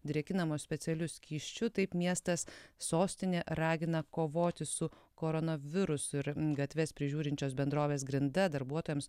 drėkinamos specialiu skysčiu taip miestas sostinė ragina kovoti su koronavirusu ir gatves prižiūrinčios bendrovės grinda darbuotojams